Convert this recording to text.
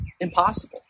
impossible